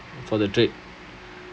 for the trade